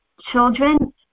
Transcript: children